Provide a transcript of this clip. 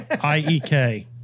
I-E-K